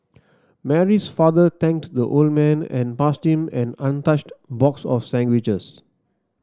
Mary's father thanked the old man and passed him an untouched box of sandwiches